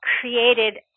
created